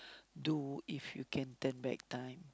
do if you can turn back time